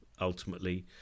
ultimately